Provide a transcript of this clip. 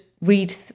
read